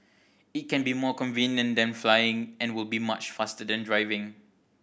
it can be more convenient than flying and will be much faster than driving